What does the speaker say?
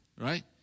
Right